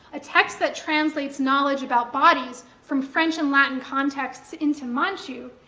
a text that translates knowledge about bodies from french and latin contexts into manchu,